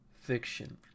fiction